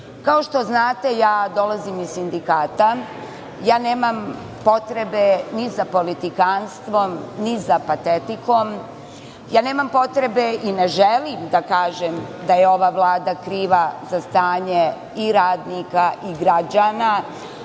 što znate, ja dolazim iz sindikata. Nemam potrebe ni za politikanstvom ni za patetikom. Nemam potrebe i ne želim da kažem da je ova Vlada kriva za stanje i radnika i građana,